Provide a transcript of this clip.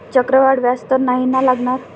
चक्रवाढ व्याज तर नाही ना लागणार?